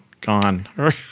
gone